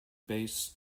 base